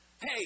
Hey